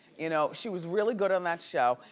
you know she was really good on that show.